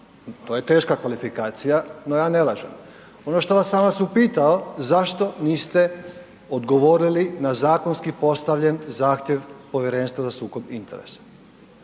to je teška kvalifikacija, no ja ne lažem. Ono što sam vas upitao, zašto niste odgovorili na zakonski postavljen zahtjev Povjerenstva za sukob interesa